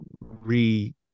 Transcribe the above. re